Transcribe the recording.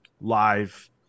live